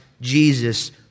Jesus